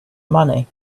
money